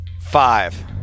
Five